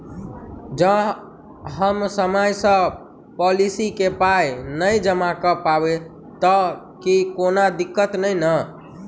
जँ हम समय सअ पोलिसी केँ पाई नै जमा कऽ पायब तऽ की कोनो दिक्कत नै नै?